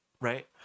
right